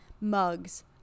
Mugs